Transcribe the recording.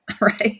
right